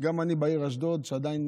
אני בעיר אשדוד, שעדיין